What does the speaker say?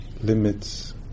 limits